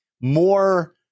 More